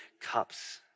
cups